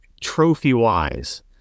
trophy-wise